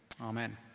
Amen